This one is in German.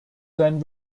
sein